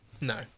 No